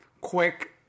quick